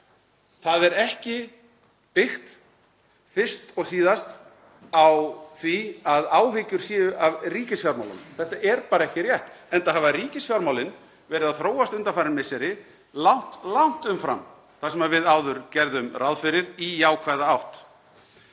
Það er ekki fyrst og síðast byggt á því að áhyggjur séu af ríkisfjármálunum. Þetta er bara ekki rétt enda hafa ríkisfjármálin verið að þróast undanfarin misseri langt, langt umfram það sem við áður gerðum ráð fyrir í jákvæða átt.